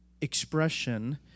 expression